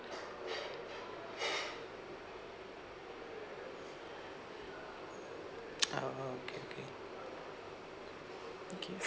err okay okay okay